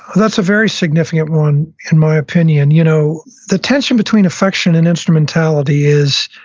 that's a very significant one, in my opinion. you know the tension between affection and instrumentality is,